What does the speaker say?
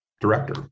director